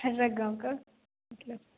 खैरा गाॅंव के मतलब